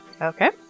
Okay